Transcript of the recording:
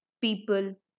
People